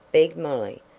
begged molly,